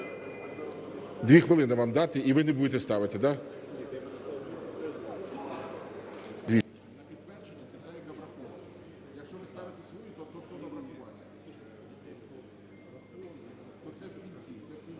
Дві хвилини вам дати - і ви не будете ставити, да?